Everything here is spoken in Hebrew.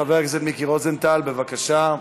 חבר הכנסת מיקי רוזנטל, בבקשה.